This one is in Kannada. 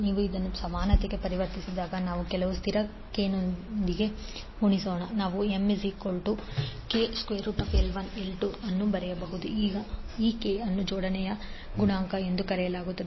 ನೀವು ಇದನ್ನು ಸಮಾನತೆಗೆ ಪರಿವರ್ತಿಸಿದಾಗ ನಾವು ಕೆಲವು ಸ್ಥಿರ k ನೊಂದಿಗೆ ಗುಣಿಸೋಣ ನಾವು MkL1L2ಅನ್ನು ಬರೆಯಬಹುದು ಈ k ಅನ್ನು ಜೋಡಣೆಯ ಗುಣಾಂಕ ಎಂದು ಕರೆಯಲಾಗುತ್ತದೆ